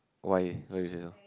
why why you say so